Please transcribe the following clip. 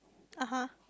(uh huh)